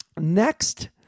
Next